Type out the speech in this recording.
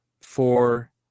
four